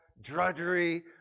drudgery